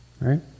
Right